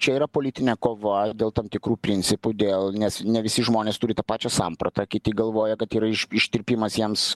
čia yra politinė kova dėl tam tikrų principų dėl nes ne visi žmonės turi tą pačią sampratą kiti galvoja kad yra iš ištirpimas jiems